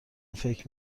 فکر